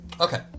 Okay